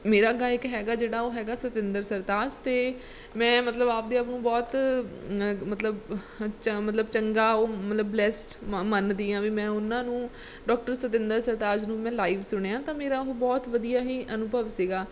ਮੇਰਾ ਗਾਇਕ ਹੈਗਾ ਜਿਹੜਾ ਉਹ ਹੈਗਾ ਸਤਿੰਦਰ ਸਰਤਾਜ ਅਤੇ ਮੈਂ ਮਤਲਬ ਆਪਦੇ ਆਪ ਨੂੰ ਬਹੁਤ ਮਤਲਬ ਮਤਲਬ ਚੰਗਾ ਉਹ ਮਤਲਬ ਬਲੈਸਡ ਮੰਨਦੀ ਹਾਂ ਵੀ ਮੈਂ ਉਹਨਾਂ ਨੂੰ ਡਾਕਟਰ ਸਤਿੰਦਰ ਸਰਤਾਜ ਨੂੰ ਮੈਂ ਲਾਈਵ ਸੁਣਿਆ ਤਾਂ ਮੇਰਾ ਉਹ ਬਹੁਤ ਵਧੀਆ ਹੀ ਅਨੁਭਵ ਸੀਗਾ